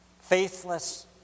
faithless